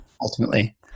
ultimately